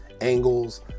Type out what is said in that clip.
angles